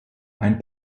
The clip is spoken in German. ein